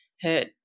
hurt